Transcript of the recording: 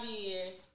years